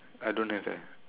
I don't have eh